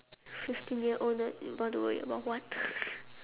fifteen year old nerd want to worry about what